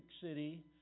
city